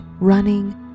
running